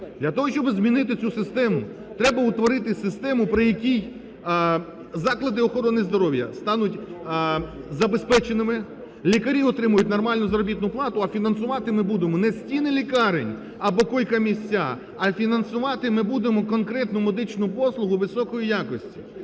Для того, щоб змінити цю систему, треба утворити систему, при якій заклади охорони здоров'я стануть забезпеченими, лікарі отримають нормальну заробітну плату, а фінансувати ми будемо не стіни лікарень або койко-місця, а фінансувати ми будемо конкретну медичну послугу високої якості.